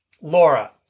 Laura